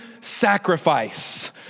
sacrifice